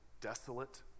desolate